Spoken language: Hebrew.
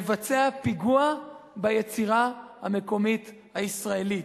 מבצע פיגוע ביצירה המקומית הישראלית.